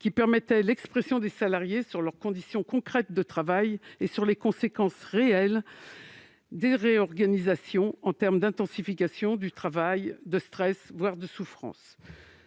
qui permettait l'expression des salariés sur leurs conditions concrètes de travail et sur les conséquences réelles des réorganisations en termes d'intensification du travail, de stress, voire de souffrance.